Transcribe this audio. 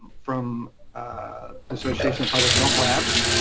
from the association of public health labs,